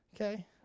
Okay